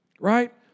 Right